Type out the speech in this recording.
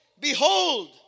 Behold